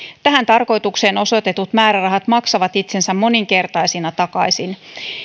tähän tarkoitukseen osoitetut määrärahat maksavat itsensä moninkertaisina takaisin